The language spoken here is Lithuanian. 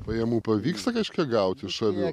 pajamų pavyksta kažkiek gauti iš avių